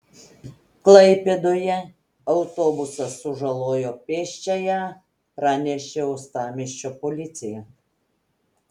klaipėdoje autobusas sužalojo pėsčiąją pranešė uostamiesčio policija